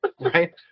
Right